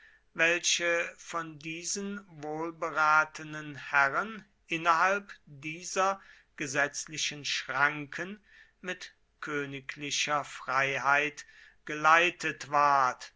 welche von diesen wohlberatenen herren innerhalb dieser gesetzlichen schranken mit königlicher freiheit geleitet ward